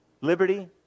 liberty